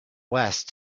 west